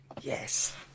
Yes